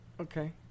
Okay